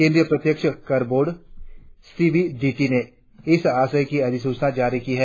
केंद्रीय प्रत्यक्ष कर बोर्ड सीबीडीटी ने इस आशय की अधिसूचना जारी की है